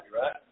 right